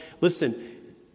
listen